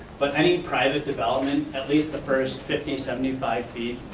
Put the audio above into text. but any private development, at least the first fifty, seventy five feet,